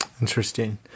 Interesting